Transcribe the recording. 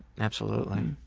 absolutely.